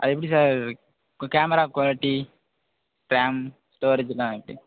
அது எப்படி sir camera quality RAM ஸ்டோரேஜுலாம் எப்படி